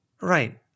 Right